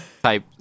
type